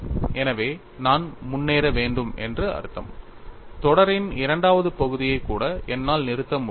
எனவே நான் முன்னேற வேண்டும் என்று அர்த்தம் தொடரின் இரண்டாவது பகுதியை கூட என்னால் நிறுத்த முடியாது